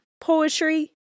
poetry